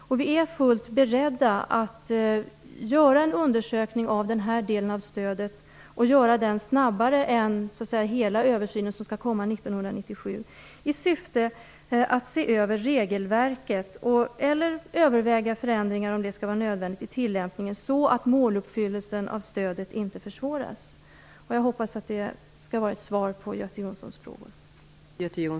Regeringen är fullt beredd att göra en undersökning av denna del av stödet, och att göra den snabbare än den fullständiga översyn som skall göras 1997. Regeringen vill göra detta i syfte att se över regelverket och överväga förändringar i tillämpningen, om så är nödvändigt, så att måluppfyllelsen av stödet inte försvåras. Jag hoppas att detta är svar på Göte Jonssons frågor.